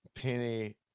Penny